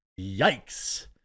yikes